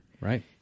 Right